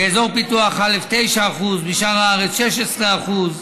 באזור פיתוח א' 9%, ובשאר הארץ, 16%;